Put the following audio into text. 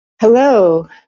Hello